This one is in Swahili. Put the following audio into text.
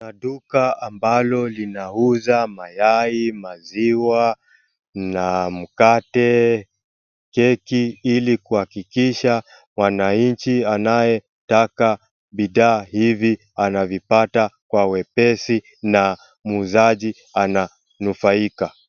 Duka ambalo linauza mayai, maziwa na mkate, keki ili kuhakikisha mwananchi anayetaka bidhaa hivi anavipata kwa wepesi na muuzaji ananufaika.